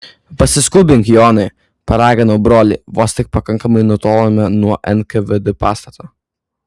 pasiskubink jonai paraginau brolį vos tik pakankamai nutolome nuo nkvd pastato